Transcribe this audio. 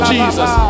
Jesus